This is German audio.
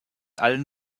allen